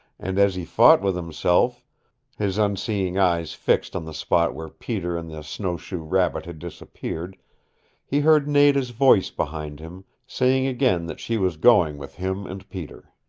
and as he fought with himself his unseeing eyes fixed on the spot where peter and the snowshoe rabbit had disappeared he heard nada's voice behind him, saying again that she was going with him and peter.